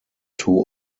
two